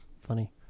Funny